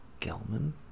Gelman